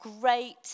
great